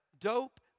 dope